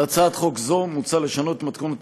בהצעת חוק זו מוצע לשנות את מתכונת